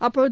அப்போது